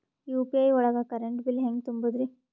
UPI ಒಳಗ current bill ಹೆಂಗ್ ತುಂಬದ್ರಿ?